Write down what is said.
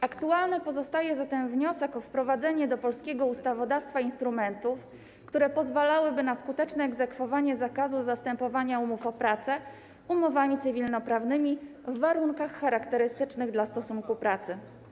Aktualny pozostaje zatem wniosek o wprowadzenie do polskiego ustawodawstwa instrumentów, które pozwalałyby na skuteczne egzekwowanie zakazu zastępowania umów o pracę umowami cywilnoprawnymi w warunkach charakterystycznych dla stosunku pracy.